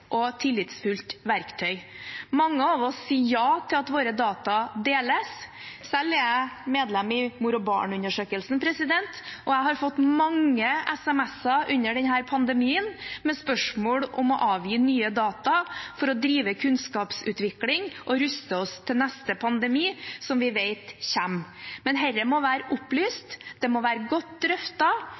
og tillitsfullt verktøy. Mange av oss sier ja til at våre data deles. Selv er jeg medlem i mor og barn-undersøkelsen, og jeg har fått mange SMS-er under denne pandemien med spørsmål om å avgi nye data for å drive kunnskapsutvikling og ruste oss til neste pandemi, som vi vet kommer. Men dette må være opplyst, det må være godt